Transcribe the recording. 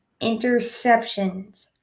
interceptions